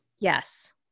Yes